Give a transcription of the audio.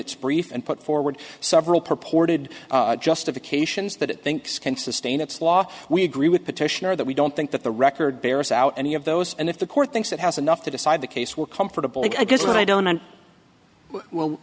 its brief and put forward several purported justifications that it thinks can sustain its law we agree with petitioner that we don't think that the record bears out any of those and if the court thinks it has enough to decide the case we're comfortable